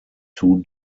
two